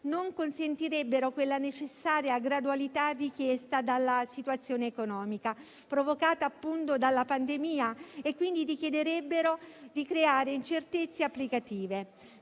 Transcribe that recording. non consentirebbero quella necessaria gradualità richiesta dalla situazione economica, provocata appunto dalla pandemia, e quindi richiederebbero di creare incertezze applicative.